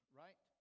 right